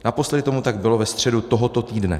Naposledy tomu tak bylo ve středu tohoto týdne.